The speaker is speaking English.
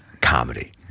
comedy